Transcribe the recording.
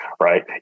right